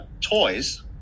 toys